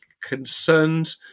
concerned